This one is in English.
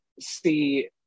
see